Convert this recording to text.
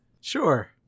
Sure